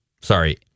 Sorry